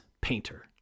Painter